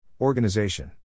Organization